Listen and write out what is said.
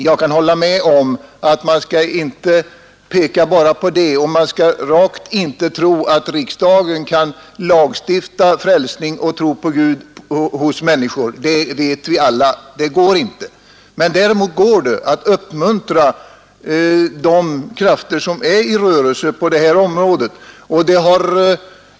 Jag kan hålla med om att man inte skall peka enbart på detta och att man rakt inte skall tro att riksdagen kan lagstifta om frälsning och gudstro hos människor — vi vet alla att det inte är en möjlig väg. Men däremot kan man uppmuntra de krafter som är i rörelse på detta område.